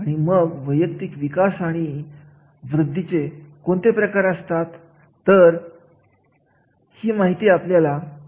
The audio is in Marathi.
तर अशा विशिष्ट समितीमध्ये कार्याच्या मूल्यमापन मध्येच वेतनाच्या समतेचा आणि कार्याचा विचार करण्यात यावा